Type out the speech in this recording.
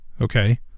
okay